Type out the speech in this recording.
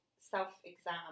self-exam